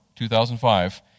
2005